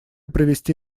привести